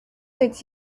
with